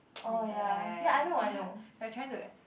later ya ya ya ya we're trying to